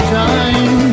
time